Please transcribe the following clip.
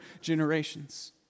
generations